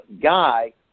guy